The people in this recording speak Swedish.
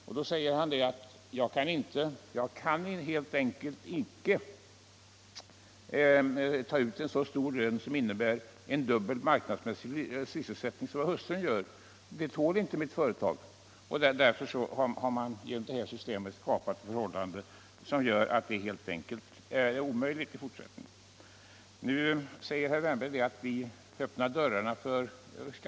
Och jag kan helt enkelt inte själv ta ut så stor lön att den motsvarar dubbelt så mycket som min hustrus marknadsmässiga lön. Det tål inte mitt företag.” Man har alltså med det här systemet skapat förhållanden som gör si Nr 76 tuationen omöjlig i fortsättningen. Fredagen den Nu säger herr Wärnberg att vi öppnar dörrarna för skattefusk.